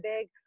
big